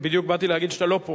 בדיוק באתי להגיד שאתה לא נמצא פה